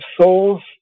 souls